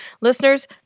listeners